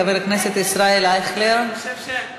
חבר הכנסת ישראל אייכלר, שב, שב.